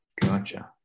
Gotcha